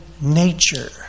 nature